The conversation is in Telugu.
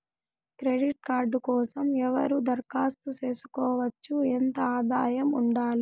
క్రెడిట్ కార్డు కోసం ఎవరు దరఖాస్తు చేసుకోవచ్చు? ఎంత ఆదాయం ఉండాలి?